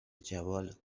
جوال